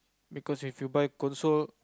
because if you buy console